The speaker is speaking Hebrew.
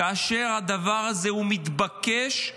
כאשר הדבר הזה מתבקש,